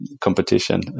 competition